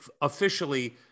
officially